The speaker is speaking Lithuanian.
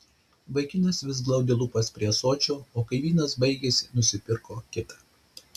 vaikinas vis glaudė lūpas prie ąsočio o kai vynas baigėsi nusipirko kitą